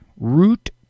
root